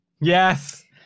Yes